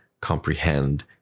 comprehend